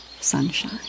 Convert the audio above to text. sunshine